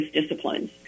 disciplines